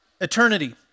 eternity